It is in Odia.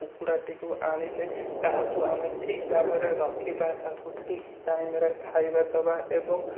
କୁକୁଡ଼ାଟିକୁ ଆଣିଲେ ତାହାକୁ ଆମେ ଠିକ ଭାବରେ ରଖିବା ତାକୁ ଠିକ ଟାଇମରେ ଖାଇବା ଦେବା ଏବଂ